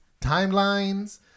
timelines